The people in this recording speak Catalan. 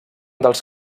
dels